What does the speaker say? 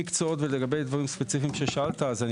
לגבי מקצועות ודברים ספציפיים ששאלת.